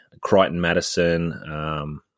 Crichton-Madison